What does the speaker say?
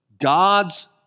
God's